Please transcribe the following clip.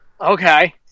Okay